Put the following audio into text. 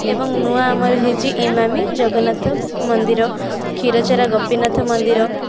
ଏବଂ ନୂଆ ଆମର ହେଇଛି ଇମାମୀ ଜଗନ୍ନାଥ ମନ୍ଦିର କ୍ଷୀରଚୋରା ଗୋପୀନାଥ ମନ୍ଦିର